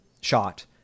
shot